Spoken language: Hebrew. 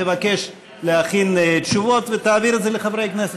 תבקש להכין תשובות ותעביר את זה לחברי הכנסת,